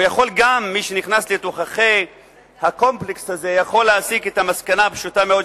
מי שנכנס לתוככי הקומפלקס הזה יכול גם להסיק את המסקנה הפשוטה מאוד,